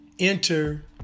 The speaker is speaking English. enter